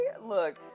look